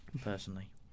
personally